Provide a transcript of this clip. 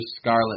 Scarlet